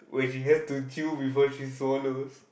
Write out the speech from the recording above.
which is have to chew before she swallows